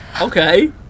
Okay